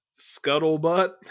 Scuttlebutt